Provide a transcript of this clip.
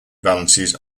balances